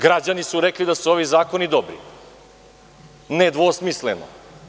Građani su rekli da su ovi zakoni dobri, nedvosmisleno.